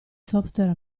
software